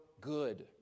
good